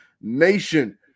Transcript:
Nation